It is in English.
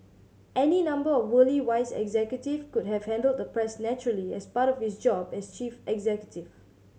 any number of worldly wise executive could have handled the press naturally as part of his job as chief executive